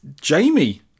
Jamie